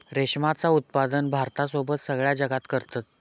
रेशमाचा उत्पादन भारतासोबत सगळ्या जगात करतत